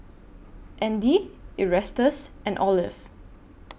Andy Erastus and Olive